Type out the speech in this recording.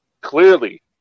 clearly